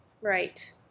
Right